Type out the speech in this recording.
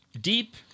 deep